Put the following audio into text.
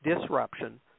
disruption